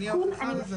אני ההוכחה לזה.